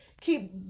keep